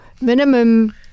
minimum